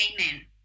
Amen